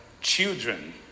children